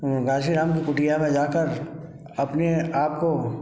काशीराम की कुटिया में जाकर आपने आपको